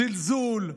זלזול,